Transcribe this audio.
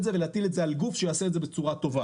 זה ולהטיל את זה על גוף שיעשה את זה בצורה טובה.